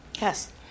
Yes